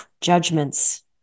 judgments